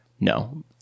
No